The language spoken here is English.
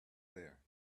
there